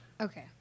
Okay